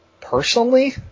personally